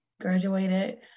Graduated